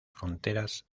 fronteras